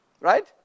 Right